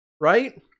Right